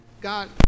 God